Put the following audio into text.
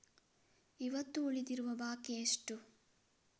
ಇವತ್ತು ಉಳಿದಿರುವ ಬಾಕಿ ಎಷ್ಟು?